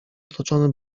otoczony